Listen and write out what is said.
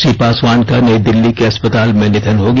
श्री पासवान का नई दिल्ली के अस्पताल में निधन हो गया